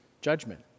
judgment